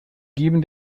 geben